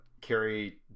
carry